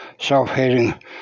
self-hating